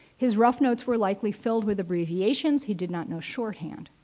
his rough notes were likely filled with abbreviations he did not know shorthand.